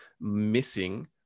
missing